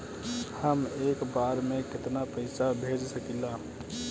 हम एक बार में केतना पैसा भेज सकिला?